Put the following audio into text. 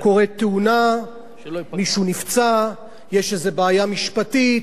קורית תאונה, מישהו נפצע, יש איזו בעיה משפטית,